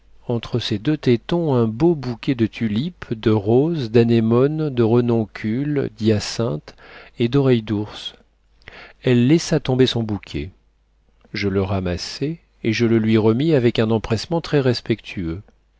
entre ses deux tétons un beau bouquet de tulipes de roses d'anémones de renoncules d'hyacinthes et d'oreilles d'ours elle laissa tomber son bouquet je le ramassai et je le lui remis avec un empressement très respectueux